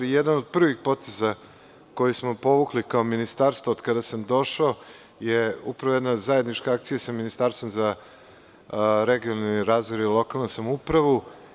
Jedan od prvih poteza koji smo povukli kao ministarstvo od kada sam došao je upravo jedna zajednička akcija sa Ministarstvom za regionalni razvoj i lokalnu samoupravu.